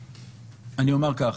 אני אומר כך.